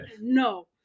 no